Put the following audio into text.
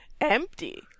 empty